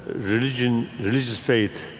religion religious faith